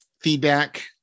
feedback